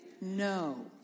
No